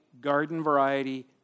garden-variety